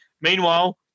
Meanwhile